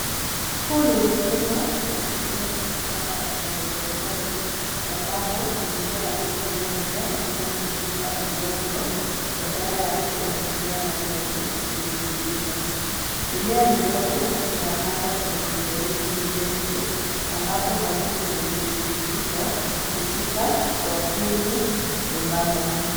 Huu ni mfumo wa kilimo cha kisasa cha hydroponics ambapo ni njia ya kukuza mimea bila kutumia udongo. Badala yake inatumia maji yenye virutubisho. Mimea midogo inapandwa kwenye mifereji mirefu ambapo maji yenye virutubisho hupita kwa filimu nyembamba.